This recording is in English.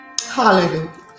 Hallelujah